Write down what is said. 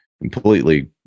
Completely